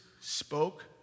spoke